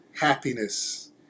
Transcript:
happiness